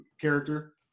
character